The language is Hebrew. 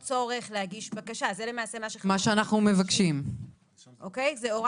מי שהיום נמצא בגיל 72, הוא כבר